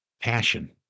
passion